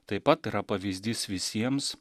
taip pat yra pavyzdys visiems